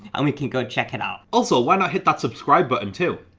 and we can go check it out. also, why not hit that subscribe button too?